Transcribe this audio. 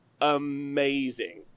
amazing